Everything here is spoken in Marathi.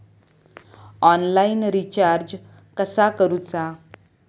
ऑनलाइन रिचार्ज कसा करूचा?